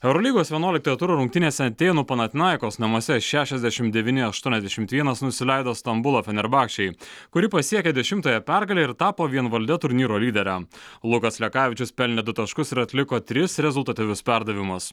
eurolygos vienuoliktojo turo rungtynėse atėnų panathinaikos namuose šešiasdešimt devyni aštuoniasdešimt vienas nusileido stambulo fenerbahcei kuri pasiekė dešimtąją pergalę ir tapo vienvalde turnyro lydere lukas lekavičius pelnė du taškus ir atliko tris rezultatyvius perdavimus